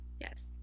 yes